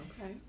Okay